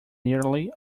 nearly